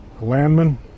Landman